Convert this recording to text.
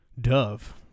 dove